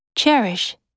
Cherish